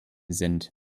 sind